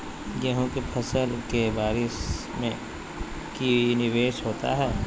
गेंहू के फ़सल के बारिस में की निवेस होता है?